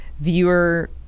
viewer